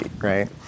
right